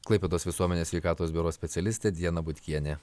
klaipėdos visuomenės sveikatos biuro specialistė diana butkienė